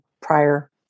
prior